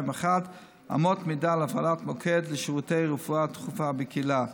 "אמות מידה להפעלת מוקד לשירותי רפואה דחופה בקהילה".